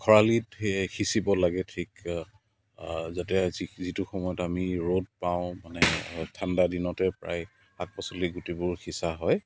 খৰালিতহে সিঁচিব লাগে ঠিক যাতে যিটো সময়ত আমি ৰ'দ পাওঁ মানে ঠাণ্ডা দিনতে প্ৰায় শাক পাচলিৰ গুটিবোৰ সিঁচা হয়